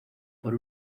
por